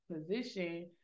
position